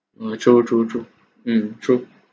mm true true true mm true